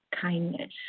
kindness